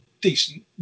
decent